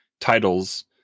titles